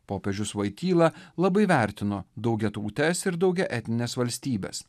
popiežius voityla labai vertino daugiatautes ir daugiaetnines valstybes